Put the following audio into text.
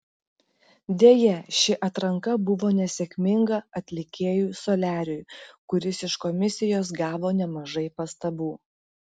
deja ši atranka buvo nesėkminga atlikėjui soliariui kuris iš komisijos gavo nemažai pastabų